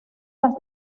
las